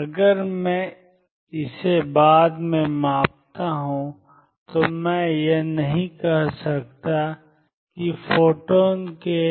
अगर मैं इसे बाद में मापता हूं तो मैं यह नहीं कह सकता कि फोटॉन के